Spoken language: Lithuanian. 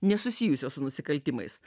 nesusijusio su nusikaltimais